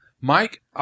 Mike